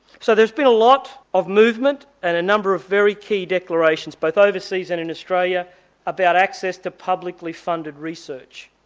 so there's been a lot of movement and a number of very key declarations, both overseas and in australia about access to publicly funded research.